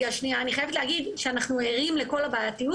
אני חייבת להגיד שאנחנו ערים לכל הבעייתיות